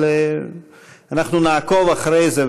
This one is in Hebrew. אבל אנחנו נעקוב אחרי זה.